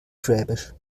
schwäbisch